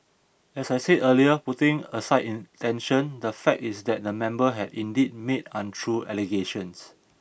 as I said earlier putting aside intention the fact is that the member has indeed made untrue allegations